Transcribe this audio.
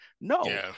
No